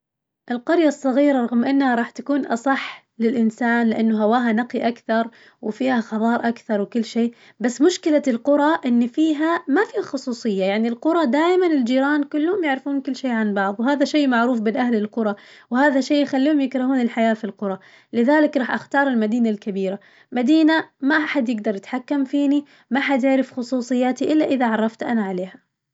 القرية الصغيرة رغم إنها راح تكون أصح للإنسان لأنه هواها نقي أكثر وفيها خضار أكثر وكل شي، بس مشكلة القرى إن فيها ما في خصوصية يعني القرى دايماً الجيران كلهم يعرفون كل شي عن بعض، وهذا شي معروف بأهل القرى وهذا شي يخليهم يكرهون الحياة في القرى، لذلك راح أختار المدينة الكبيرة، مدينة ما حد يقدر يتحكم فيني ما حد يعرف خصوصياتي إلا إذا عرفت أنا عليها.